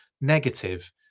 negative